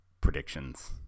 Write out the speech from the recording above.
predictions